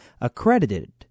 accredited